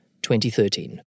2013